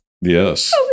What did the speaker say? Yes